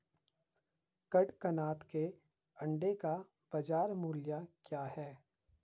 कड़कनाथ के अंडे का बाज़ार मूल्य क्या है?